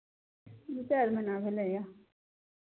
दू चारि महीना भेलैए